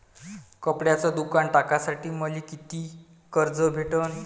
कपड्याचं दुकान टाकासाठी मले कितीक कर्ज भेटन?